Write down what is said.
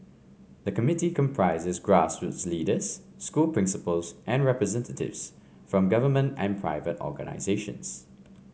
the committee comprises grassroots leaders school principals and representatives from government and private organisations